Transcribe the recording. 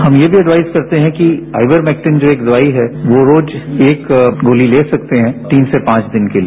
हम यह भी एडयाइज करते हैं कि आइयर मैक्टीन जो एक दयाई है यो रोज एक गोली ले सकते है तीन से पांच दिन के लिए